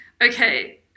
Okay